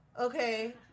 Okay